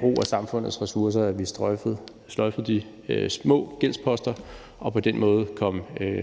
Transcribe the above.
brug af samfundets ressourcer, altså at vi sløjfede de små gældsposter og på den måde kom